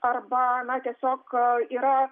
arba na tiesiog yra